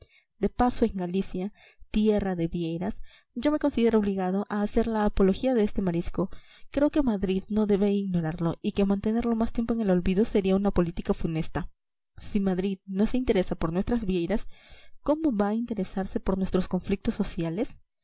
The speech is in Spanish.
de paso en galicia tierra de vieiras yo me considero obligado a hacer la apología de este marisco creo que madrid no debe ignorarlo y que mantenerlo más tiempo en el olvido sería una política funesta si madrid no se interesa por nuestras vieiras cómo va a interesarse por nuestros conflictos sociales